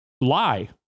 lie